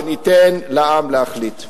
וניתן לעם להחליט.